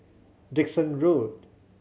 Dickson Road